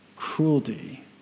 cruelty